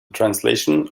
translation